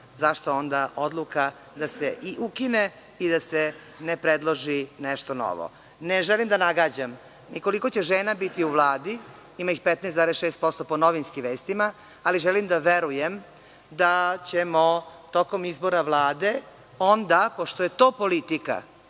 zašto onda odluka da se ukine i da se ne predloži nešto novo. Ne želim da nagađam koliko će žena biti u Vladi. Ima 15,6% po novinskim vestima, ali želim da verujem da ćemo tokom izbora Vlade, onda pošto je to politika,